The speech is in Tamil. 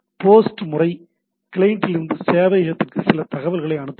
போஸ்ட் முறை கிளையண்டிலிருந்து சேவையகத்திற்கு சில தகவல்களை அனுப்புகிறது